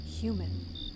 human